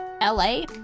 LA